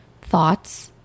thoughts